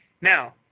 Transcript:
Now